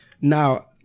Now